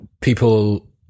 People